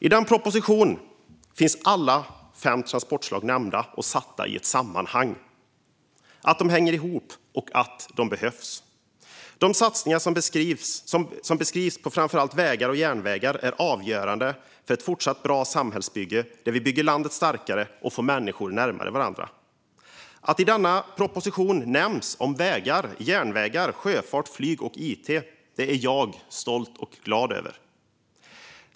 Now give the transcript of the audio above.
I propositionen finns alla fem transportslagen nämnda och satta i ett sammanhang - de hänger ihop och behövs. De satsningar som beskrivs på framför allt vägar och järnvägar är avgörande för ett fortsatt bra samhällsbygge där vi bygger landet starkare och för människor närmare varandra. Att vägar, järnvägar, sjöfart, flyg och it nämns i propositionen är jag stolt och glad över.